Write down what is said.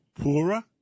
poorer